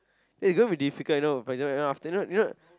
eh gonna be difficult you know for example you know af~ after that you know